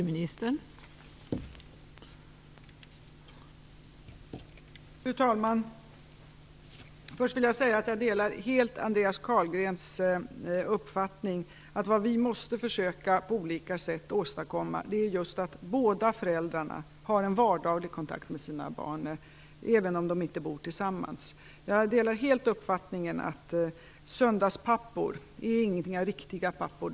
Fru talman! Först vill jag säga att jag helt delar Andreas Carlgrens uppfattning, att vad vi på olika sätt måste försöka åstadkomma är just att båda föräldrarna har en vardaglig kontakt med sina barn, även om de inte bor tillsammans. Jag delar helt uppfattningen att söndagspappor inte är några riktiga pappor.